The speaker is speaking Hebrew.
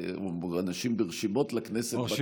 או אנשים ברשימות לכנסת בקדנציה הקודמת,